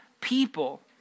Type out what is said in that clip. people